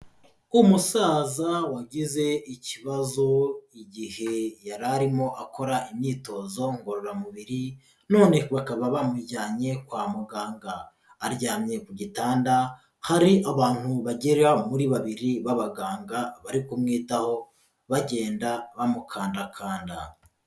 Umusaza wagize ikibazo igihe yari arimo akora imyitozo ngororamubiri none bakaba bamujyanye kwa muganga, aryamye ku gitanda hari abantu bagera muri babiri b'abaganga bari kumwitaho bagenda bamukandakanda.